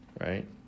right